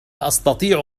أستطيع